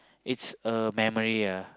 it's a memory ah